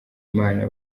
imana